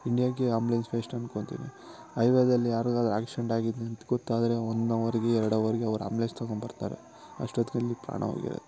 ಇಂಡಿಯಾಗೆ ambulance waste ಅನ್ಕೊತೀನಿ ಹೈವೆದಲ್ಲಿ ಯಾರ್ಗಾದ್ರು ಆಕ್ಸಿಡೆಂಟ್ ಆಗಿದೆ ಅಂತ ಗೊತ್ತಾದರೆ ಒನ್ ಹವರ್ಗೆ ಎರಡು ಹವರ್ಗೆ ಅವ್ರು ಆಂಬ್ಲೆನ್ಸ್ ತಗೊಂಬರ್ತಾರೆ ಅಷ್ಟೋತ್ತಿಗೆ ಅಲ್ಲಿ ಪ್ರಾಣ ಹೋಗಿರುತ್ತೆ